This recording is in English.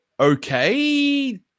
okay